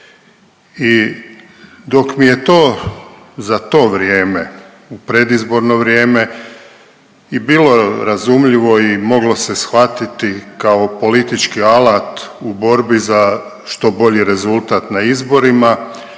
I dok mi je to za to vrijeme u predizborno vrijeme i bilo razumljivo i moglo se shvatiti kao politički alat u borbi za što bolji rezultat na izborima,